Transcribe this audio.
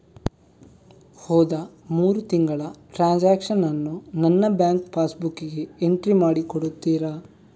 ಹೋದ ಮೂರು ತಿಂಗಳ ಟ್ರಾನ್ಸಾಕ್ಷನನ್ನು ನನ್ನ ಬ್ಯಾಂಕ್ ಪಾಸ್ ಬುಕ್ಕಿಗೆ ಎಂಟ್ರಿ ಮಾಡಿ ಕೊಡುತ್ತೀರಾ?